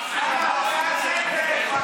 אבל למה הם כועסים?